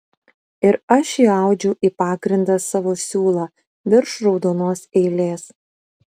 ir aš įaudžiau į pagrindą savo siūlą virš raudonos eilės